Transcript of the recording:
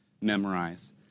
memorize